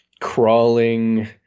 crawling